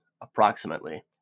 approximately